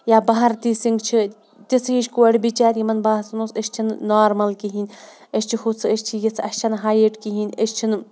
یا بھارتی سِنٛگھ چھِ تِژھٕ ہِش کورِ بِچارِ یِمَن باسان اوس أسۍ چھِنہٕ نارمَل کِہیٖنۍ أسۍ چھِ ہُژھٕ أسۍ چھِ یِژھٕ اَسہِ چھَنہٕ ہایٹ کِہیٖنۍ أسۍ چھِنہٕ